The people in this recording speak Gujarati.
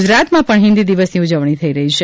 ગુજરાતમાં પણ હિન્દી દિવસની ઉજવણી થઈ રહી છે